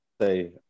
say